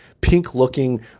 pink-looking